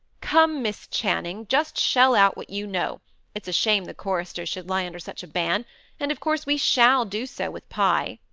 come, miss channing, just shell out what you know it's a shame the choristers should lie under such a ban and of course we shall do so, with pye.